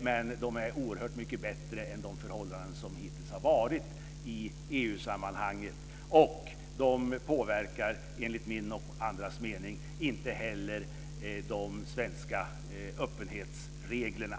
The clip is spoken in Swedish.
men de är oerhört mycket bättre än de förhållanden som hittills har rått i EU-sammanhang. Inte heller påverkar de, enligt min och andras mening, de svenska öppenhetsreglerna.